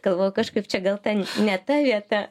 galvoju kažkaip čia gal ten ne ta vieta